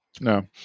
no